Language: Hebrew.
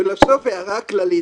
לבסוף, הערה כללית.